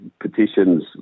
petitions